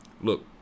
Look